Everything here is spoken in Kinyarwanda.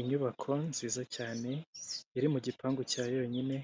Inyubako nziza cyane iri mu gipangu cya yonyine